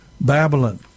Babylon